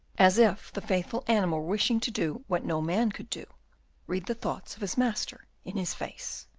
as if the faithful animal were wishing to do what no man could do read the thoughts of his master in his face.